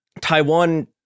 taiwan